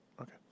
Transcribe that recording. okay